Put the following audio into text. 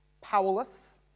powerless